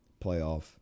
playoff